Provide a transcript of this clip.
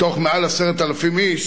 מתוך יותר מ-10,000 איש